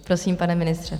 Prosím, pane ministře.